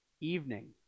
evening